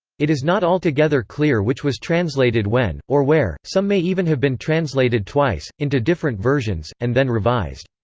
it is not altogether clear which was translated when, or where some may even have been translated twice, into different versions, and then revised.